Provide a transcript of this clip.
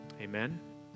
Amen